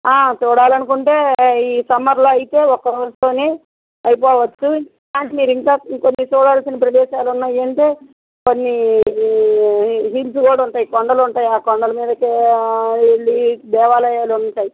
చూడాలి అనుకుంటే ఈ సమ్మర్లో అయితే ఒక్క రోజుతోనే అయిపోవచ్చు అలాంటివి మీరు ఇంకా ఇంకొన్ని చూడాల్సిన ప్రదేశాలు ఉన్నాయంటే కొన్ని హిల్స్ కూడా ఉంటాయి కొండలు ఉంటాయి ఆ కొండల మీదకి వెళ్ళి దేవాలయాలు ఉంటాయి